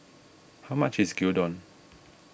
how much is Gyudon